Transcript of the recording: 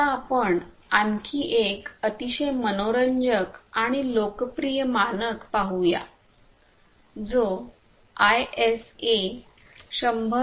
आता आपण आणखी एक अतिशय मनोरंजक आणि लोकप्रिय मानक पाहूया जो आयएसए 100